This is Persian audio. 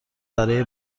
برای